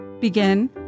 begin